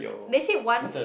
they said one f~